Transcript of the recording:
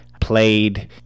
played